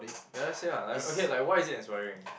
like just say ah like okay like why is it inspiring